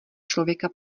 člověka